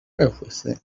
everything